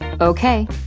Okay